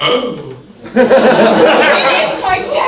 oh oh